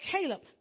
Caleb